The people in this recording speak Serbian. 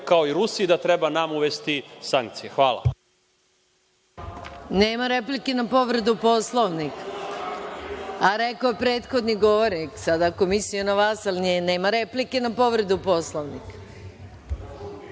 kao i Rusi i da treba nama uvesti sankcije. Hvala.(Boško